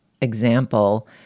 example